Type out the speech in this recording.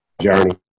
Journey